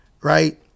right